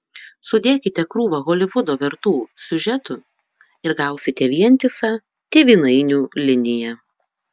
sudėkite krūvą holivudo vertų siužetų ir gausite vientisą tėvynainių liniją